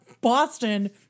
Boston